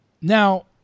Now